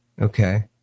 Okay